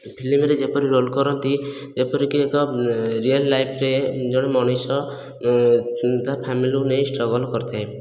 ଫିଲ୍ମରେ ଯେପରି ରୋଲ କରନ୍ତି ଯେପରିକି ଏକ ରିଏଲ ଲାଇଫରେ ଜଣେ ମଣିଷ ତା' ଫ୍ୟାମିଲିକୁ ନେଇ ସ୍ଟ୍ରଗଲ କରିଥାଏ